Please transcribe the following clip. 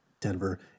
Denver